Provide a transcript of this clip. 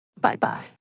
Bye-bye